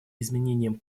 изменением